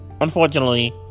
Unfortunately